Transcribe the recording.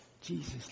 Jesus